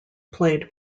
played